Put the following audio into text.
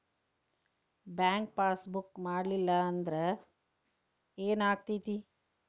Bank passbook ಮಾಡಲಿಲ್ಲ ಅಂದ್ರೆ ಏನ್ ಆಗ್ತೈತಿ?